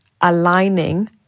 aligning